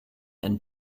and